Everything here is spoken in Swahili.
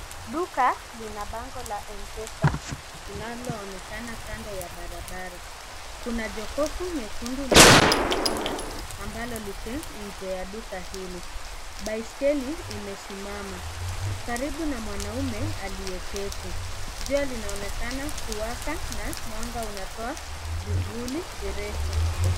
Duka, lina bango la Mpesa, linalo onekana kando ya barabara, kuna jokofu nyekundu la, (cs)Coca-Cola (cs), ambalo liko nje ya duka hili, baiskeli, imesimama, karibu na mwanaume, aliyeketi, jua linaonekana kuwaka, na mwanga, unatoa, vivuli, virefu.